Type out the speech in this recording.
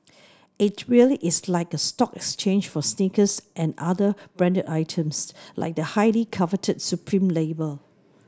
it really is like a stock exchange for sneakers and other branded items like the highly coveted supreme label